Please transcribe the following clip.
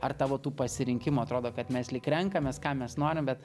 ar tavo tų pasirinkimų atrodo kad mes lyg renkamės ką mes norim bet